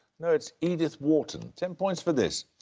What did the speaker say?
no, it's edith wharton. ten points for this.